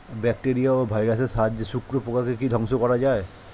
Bacteria ও ভাইরাসের সাহায্যে শত্রু পোকাকে কি ধ্বংস করা যায়?